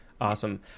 Awesome